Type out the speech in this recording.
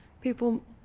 people